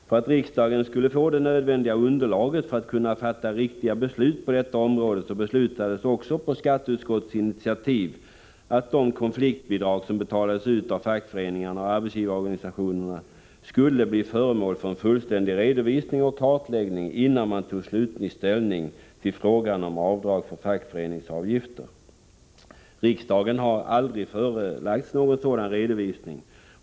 För att riksdagen skulle få det nödvändiga underlaget för att kunna fatta riktiga beslut på detta område beslutades också på skatteutskottets initiativ att de konfliktbidrag som betalades ut av fackföreningarna och arbetsgivarorganisationerna skulle bli föremål för en fullständig redovisning och kartläggning innan man tog slutlig ställning till frågan om avdrag för fackföreningsavgifter. Riksdagen har aldrig förelagts någon sådan redovisning.